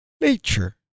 nature